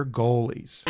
goalies